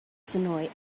sonoy